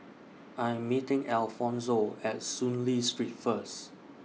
I Am meeting Alfonzo At Soon Lee Street First